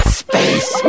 space